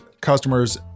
customers